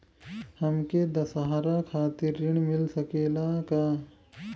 हमके दशहारा खातिर ऋण मिल सकेला का?